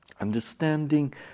understanding